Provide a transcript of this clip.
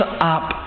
up